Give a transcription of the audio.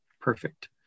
perfect